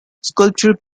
scripture